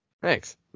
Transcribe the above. thanks